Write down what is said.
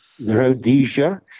Rhodesia